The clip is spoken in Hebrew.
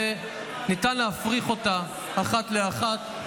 וניתן להפריך אותה אחת לאחת.